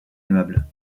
aimables